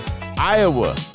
Iowa